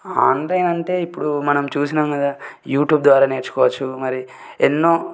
online అంటే ఇప్పుడు మనం చూసినం కదా యూట్యూబ్ ద్వారా నేర్చుకోవచ్చు మరి ఎన్నో